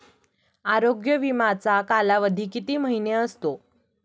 आरोग्य विमाचा कालावधी किती महिने असतो?